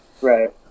Right